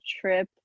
trip